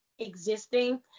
Existing